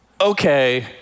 Okay